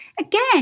again